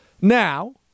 Now